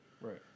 Right